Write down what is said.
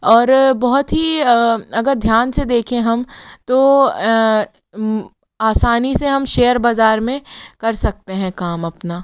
और बहुत ही अगर ध्यान से देखें हम तो आसानी से हम शेयर बज़ार में कर सकते हैं काम अपना